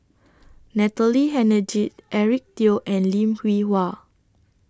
Natalie Hennedige Eric Teo and Lim Hwee Hua